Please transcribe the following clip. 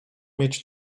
mieć